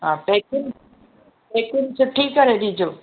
packing सुठी करे डि॒जो